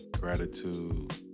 Gratitude